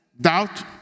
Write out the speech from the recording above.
doubt